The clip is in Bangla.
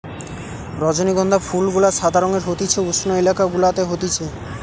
রজনীগন্ধা ফুল গুলা সাদা রঙের হতিছে উষ্ণ এলাকা গুলাতে হতিছে